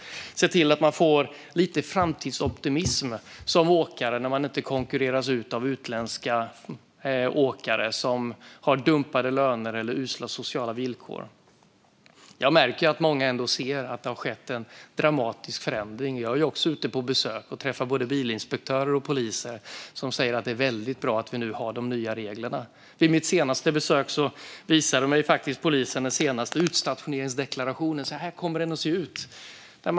Det handlar om att se till att man får lite framtidsoptimism som åkare när man inte konkurreras ut av utländska åkare som har dumpade löner eller usla sociala villkor. Jag märker att många ändå ser att det har skett en dramatisk förändring. Jag är också ute på besök och träffar både bilinspektörer och poliser som säger att det är väldigt bra att vi nu har de nya reglerna. Vid mitt senaste besök visade mig polisen faktiskt den senaste utstationeringsdeklarationen. Det är den jag håller upp här.